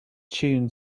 tune